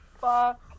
Fuck